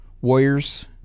warriors